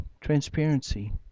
transparency